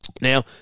Now